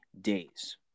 days